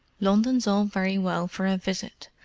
london's all very well for a visit.